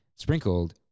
Sprinkled